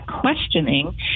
questioning